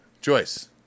Joyce